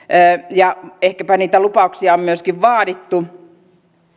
ja ehkäpä niitä lupauksia on myöskin vaadittu